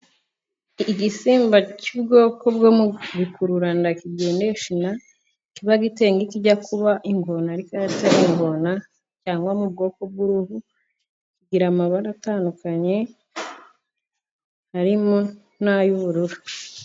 Igisimba cy'ubwoko bwo mu bikururanda kigendesha inda, kiba giteye nk'ikijya kuba ingona, ariko atari ingona, cyangwa mu bwoko bw'uruvu, kigira amabara atandukanye harimo n'ay'ubururu.